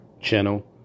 channel